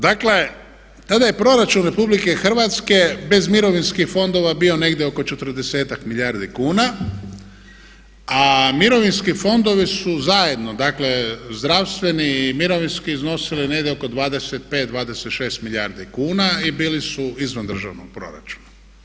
Dakle, tada je proračun RH bez mirovinskih fondova bio negdje oko 40-tak milijardi kuna a mirovinski fondovi su zajedno, dakle zdravstveni i mirovinski iznosili negdje oko 25,26 milijardi kuna i bili su izvan državnog proračuna.